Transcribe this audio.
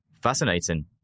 Fascinating